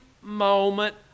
moment